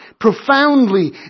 profoundly